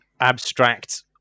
abstract